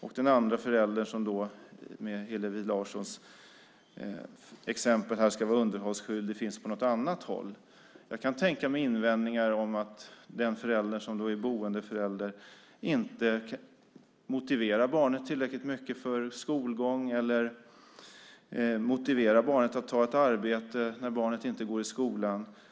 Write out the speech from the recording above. Och den andra föräldern, som med Hillevi Larssons exempel ska vara underhållsskyldig, finns på något annat håll. Jag kan tänka mig invändningar om att den förälder som är boendeförälder inte motiverar barnet tillräckligt mycket för skolgång eller motiverar barnet att ta ett arbete när barnet inte går i skolan.